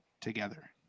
together